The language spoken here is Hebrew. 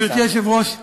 גברתי היושבת-ראש,